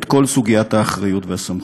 את כל סוגיית האחריות והסמכות.